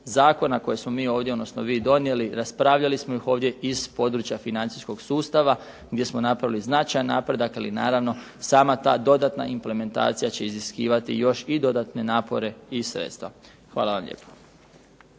zakona koje smo mi ovdje odnosno vi donijeli. Raspravljali smo ih ovdje iz područja financijskog sustava gdje smo napravili značajan napredak ali naravno sama ta dodatna implementacija će iziskivati još i dodatne napore i sredstva. Hvala vam lijepo.